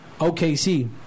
OKC